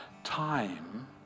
Time